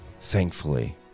thankfully